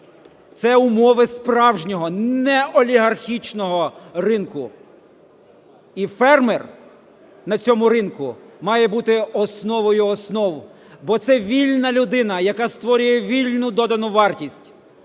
Це умови справжнього неолігархічного ринку. І фермер на цьому ринку має бути основою основ, бо це вільна людина, яка створює вільну додану вартість.